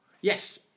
Yes